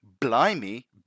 blimey